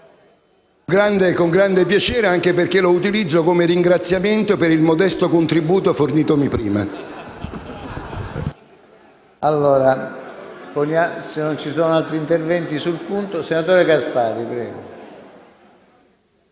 Con grande piacere, anche perché lo utilizzo come ringraziamento per il modesto contributo fornitomi prima.